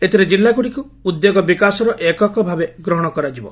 ଏଥିରେ ଜିଲ୍ଲାଗୁଡ଼ିକୁ ଉଦ୍ୟୋଗ ବିକାଶର ଏକକ ଭାବେ ଗ୍ରହଣ କରାଯିବ